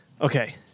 Okay